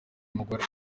umugore